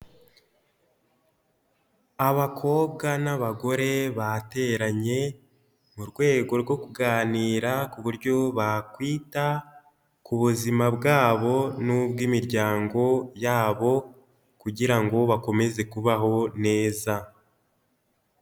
Abakobwa n'abagore bateranye mu rwego rwo kuganira ku buryo bakwita ku buzima bwabo n'ubw'imiryango yabo kugira ngo bakomeze kubaho neza.